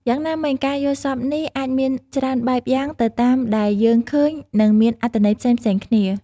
យ៉ាងណាមិញ ការយល់សប្តិនេះអាចមានច្រើនបែបយ៉ាងទៅតាមដែលយើងឃើញនឹងមានអត្ថន័យផ្សេងៗគ្នា។